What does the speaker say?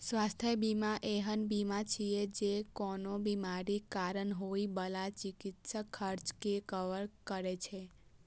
स्वास्थ्य बीमा एहन बीमा छियै, जे कोनो बीमारीक कारण होइ बला चिकित्सा खर्च कें कवर करै छै